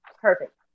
perfect